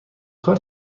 کار